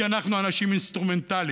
כי אנחנו אנשים אינסטרומנטליים.